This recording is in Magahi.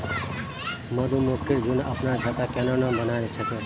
मधुमक्खिर झुंड अपनार छत्ता केन न बना छेक